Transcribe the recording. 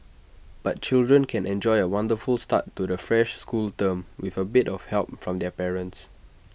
but children can enjoy A wonderful start to the fresh school term with A bit of help from their parents